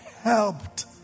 helped